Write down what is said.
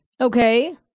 Okay